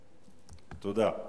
תודה.